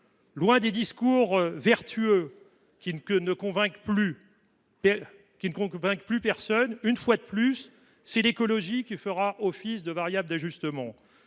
Loin des discours vertueux qui ne convainquent plus personne, une fois de plus, c’est l’écologie qui fera office de variable d’ajustement.